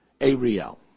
Ariel